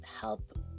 help